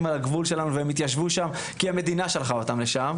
על הגבול שלנו והתיישבו שם כי המדינה שלחה אותם לשם,